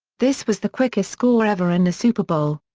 this was the quickest score ever in a super bowl.